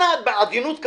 בעדינות כמובן,